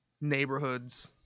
neighborhoods